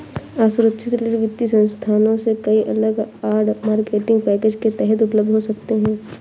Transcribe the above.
असुरक्षित ऋण वित्तीय संस्थानों से कई अलग आड़, मार्केटिंग पैकेज के तहत उपलब्ध हो सकते हैं